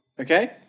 Okay